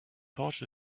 thought